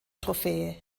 trophäe